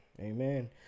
Amen